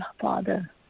Father